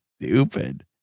stupid